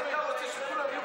זה לא יהיה.